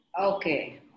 Okay